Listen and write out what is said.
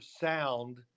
sound